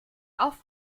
auf